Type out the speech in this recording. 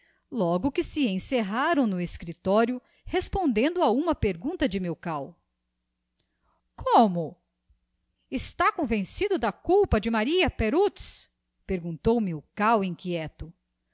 logo que se encerraram no escriptorio respondendo a uma pergunta de milkau como está convencido da culpa de maria perutz perguntou milkau inquieto